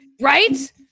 right